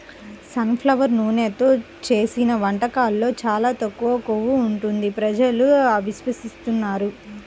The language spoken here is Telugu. సన్ ఫ్లవర్ నూనెతో చేసిన వంటకాల్లో చాలా తక్కువ కొవ్వు ఉంటుంది ప్రజలు విశ్వసిస్తున్నారు